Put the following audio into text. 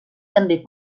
també